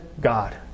God